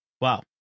Wow